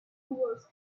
was